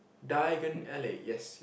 diagonally yes